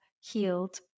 healed